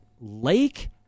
Lake